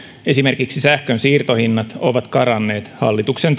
esimerkiksi sähkön siirtohinnat ovat karanneet hallituksen